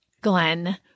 Glenn